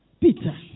Peter